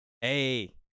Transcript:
Hey